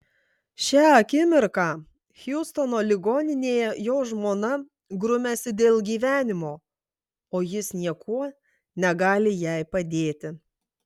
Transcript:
šią akimirką hjustono ligoninėje jo žmona grumiasi dėl gyvenimo o jis niekuo negali jai padėti